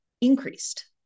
increased